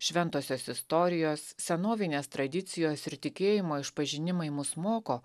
šventosios istorijos senovinės tradicijos ir tikėjimo išpažinimai mus moko